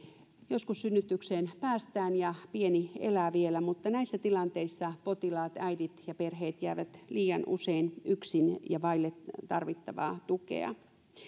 joskus synnytykseen päästään ja pieni elää vielä mutta näissä tilanteissa potilaat äidit ja perheet jäävät liian usein yksin ja vaille tarvittavaa tukea